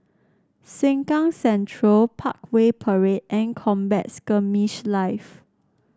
Sengkang Central Parkway Parade and Combat Skirmish Live